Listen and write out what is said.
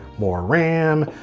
more ram.